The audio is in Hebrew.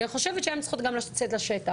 כי אני חושבת שהן גם צריכות לצאת לשטח.